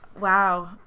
Wow